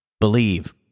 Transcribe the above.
Believe